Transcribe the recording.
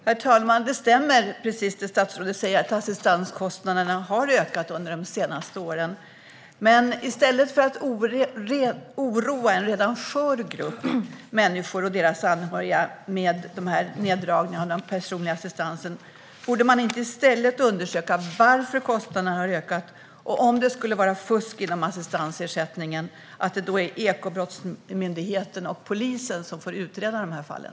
Herr talman! Det stämmer som statsrådet säger att assistanskostnaderna har ökat under de senaste åren. Men i stället för att oroa en redan skör grupp människor och deras anhöriga med de här neddragningarna av den personliga assistansen undrar jag om man inte borde undersöka varför kostnaderna har ökat och om det, om det skulle visa sig finnas fusk inom assistansersättningen, skulle vara Ekobrottsmyndigheten och polisen som får utreda de fallen.